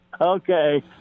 Okay